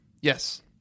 Yes